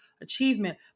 achievement